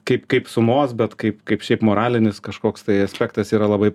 kaip kaip sumos bet kaip kaip šiaip moralinis kažkoks tai aspektas yra labai